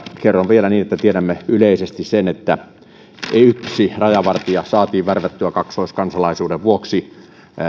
kerron vielä että tiedämme yleisesti sen että yksi rajavartija saatiin värvättyä kaksoiskansalaisuuden vuoksi